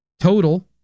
Total